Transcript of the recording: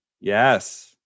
Yes